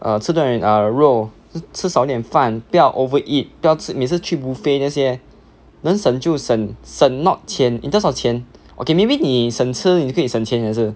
err 吃多一点 err 肉吃少一点饭不要 overeat 不要每次去 buffet 这些能省就省省 not 钱 in terms of 钱 okay maybe 你省吃你又可以省钱也是